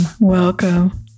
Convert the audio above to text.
Welcome